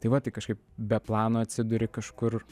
tai va tai kažkaip be plano atsiduri kažkur